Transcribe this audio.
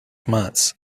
months